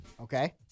Okay